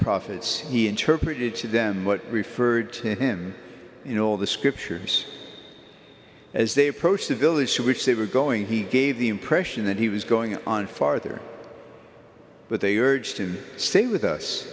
prophets he interpreted to them what referred to him you know the scriptures as they approached the village to which they were going he gave the impression that he was going on farther but they urged him stay with us